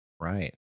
Right